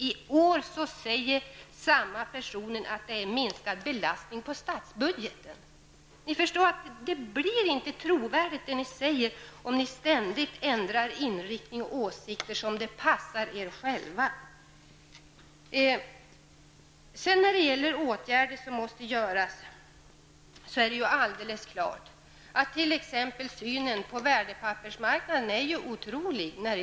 I år säger ni att detta ger en minskad belastning på statsbudgeten. Det ni säger blir inte trovärdigt, om ni ständigt ändrar inriktning och åsikter som det passar er själva. Socialdemokraternas syn på värdepappersmarknaden är alldeles otrolig.